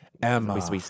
Emma